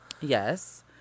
Yes